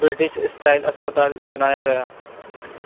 British style اسپتال بنایا گیا